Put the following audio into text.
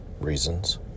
reasons